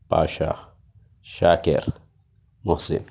Pasha Shakir Mohsin